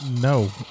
No